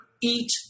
Eat